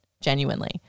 genuinely